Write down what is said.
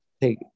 take